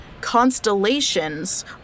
constellations